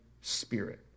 spirit